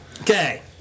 Okay